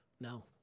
No